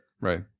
right